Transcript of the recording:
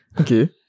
Okay